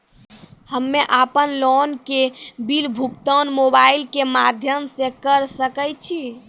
हम्मे अपन लोन के बिल भुगतान मोबाइल के माध्यम से करऽ सके छी?